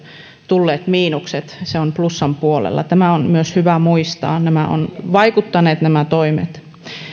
tulleet miinukset se on plussan puolella tämä on myös hyvä muistaa nämä toimet ovat vaikuttaneet